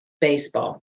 baseball